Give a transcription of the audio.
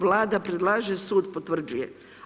Vlada predlaže, sud potvrđuje.